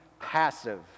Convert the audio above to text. passive